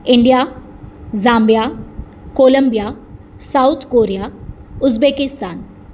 India Zambia Colombia South Korea Uzbekistan